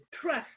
Trust